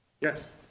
Yes